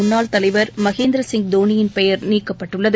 முன்னாள் தலைவர் மகேந்திரசிங் தோணியின் பெயர் நீக்கப்பட்டுள்ளது